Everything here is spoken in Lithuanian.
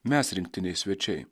mes rinktiniai svečiai